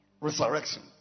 Resurrection